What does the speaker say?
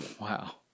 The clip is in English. Wow